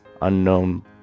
unknown